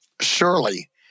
surely